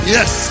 Yes